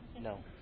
No